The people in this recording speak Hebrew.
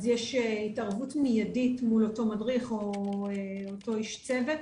אז יש התערבות מיידית מול אותו מדריך או אותו איש צוות,